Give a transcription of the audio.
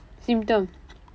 symptoms